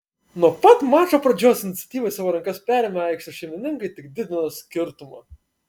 nuo pat mačo pradžios iniciatyvą į savo rankas perėmę aikštės šeimininkai tik didino skirtumą